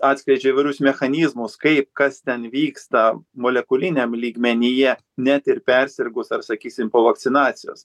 atskleidžia įvairius mechanizmus kaip kas ten vyksta molekuliniam lygmenyje net ir persirgus ar sakysim po vakcinacijos